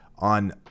on